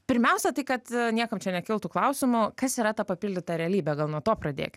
pirmiausia tai kad niekam nekiltų klausimų kas yra ta papildyta realybė gal nuo to pradėk